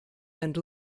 and